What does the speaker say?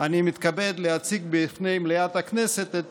אני מתכוון להציג בפני מליאת הכנסת את